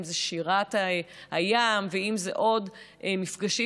אם זה בשירת הים ואם זה בעוד מפגשים.